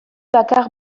bakar